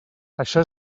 això